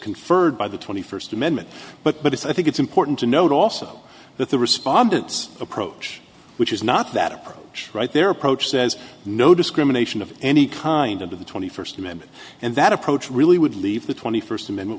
conferred by the twenty first amendment but but it's i think it's important to note also that the respondents approach which is not that approach right there approach says no discrimination of any kind into the twenty first amendment and that approach really would leave the twenty first amendment